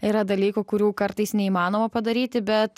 yra dalykų kurių kartais neįmanoma padaryti bet